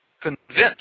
convinced